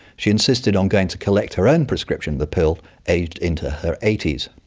she insisted on going to collect her own prescription of the pill aged into her eighty s.